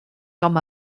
com